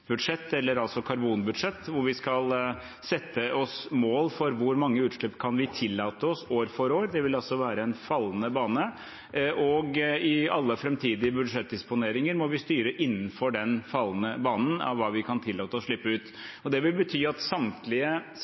kan tillate oss år for år. Det vil være en fallende bane. I alle framtidige budsjettdisponeringer må vi styre innenfor den fallende banen av hva vi kan tillate å slippe ut. Det vil bety at samtlige